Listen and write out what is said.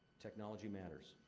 technology matters.